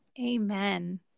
Amen